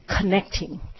connecting